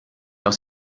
aus